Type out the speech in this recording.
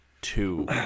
two